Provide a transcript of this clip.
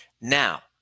Now